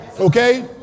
Okay